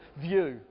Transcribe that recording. view